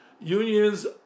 unions